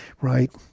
right